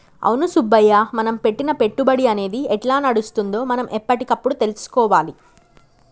అవును సుబ్బయ్య మనం పెట్టిన పెట్టుబడి అనేది ఎట్లా నడుస్తుందో మనం ఎప్పటికప్పుడు తెలుసుకోవాలి